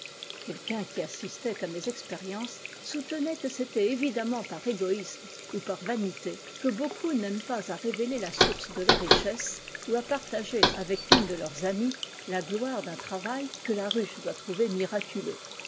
quelqu'un qui assistait à mes expériences soutenait que c'était évidemment par égoïsme ou par vanité que beaucoup n'aiment pas à révéler la source de leur richesse ou à partager avec une de leurs amies la gloire d'un travail que la ruche doit trouver miraculeux